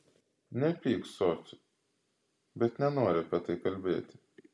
nepyk sofi bet nenoriu apie tai kalbėti